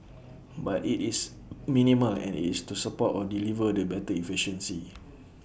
but IT is minimal and IT is to support or deliver the better efficiency